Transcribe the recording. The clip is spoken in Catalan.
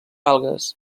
algues